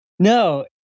No